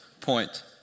point